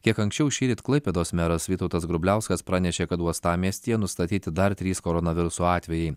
kiek anksčiau šįryt klaipėdos meras vytautas grubliauskas pranešė kad uostamiestyje nustatyti dar trys koronaviruso atvejai